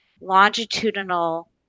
longitudinal